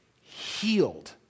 healed